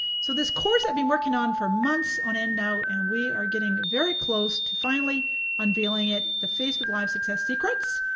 so this course i've been working on for months on end now, and we are getting very close to finally unveiling it, the facebook live success secrets.